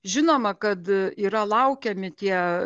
žinoma kad yra laukiami tie